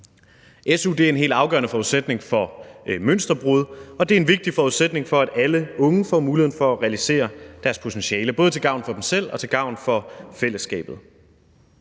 Su er en helt afgørende forudsætning for mønsterbrud, og det er en vigtig forudsætning for, at alle unge får muligheden for at realisere deres potentiale, både til gavn for dem selv og til gavn for fællesskabet.